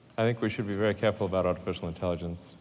i think we should be very careful about artificial intelligence.